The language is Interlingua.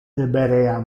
deberea